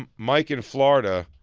um mike in florida.